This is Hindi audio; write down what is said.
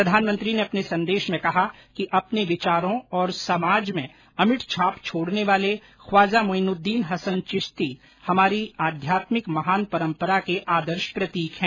प्रधानमंत्री ने अपने संदेश में कहा कि अपने विचारों से समाज में अमिट छाप छोड़ने वाले ख्वाजॉ मोईनुद्दीन हसन चिश्ती हमारी आध्यात्मिक महान परंपरा के आदर्श प्रतीक हैं